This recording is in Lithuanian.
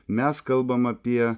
mes kalbame apie